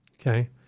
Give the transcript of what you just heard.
Okay